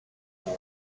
boy